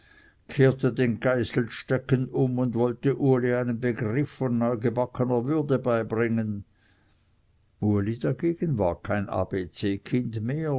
kehrte den geißelstecken um und wollte uli einen begriff von neugebackener würde beibringen uli dagegen war kein abc kind mehr